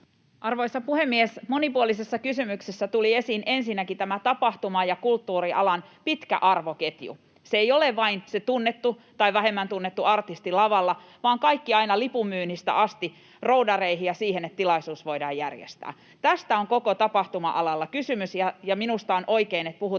Arvoisa puhemies! Monipuolisessa kysymyksessä tuli esiin ensinnäkin tämä tapahtuma- ja kulttuurialan pitkä arvoketju. Se ei ole vain se tunnettu tai vähemmän tunnettu artisti lavalla, vaan kaikki aina lipunmyynnistä asti roudareihin ja siihen, että tilaisuus voidaan järjestää. Tästä on koko tapahtuma-alalla kysymys, ja minusta on oikein, että puhutaan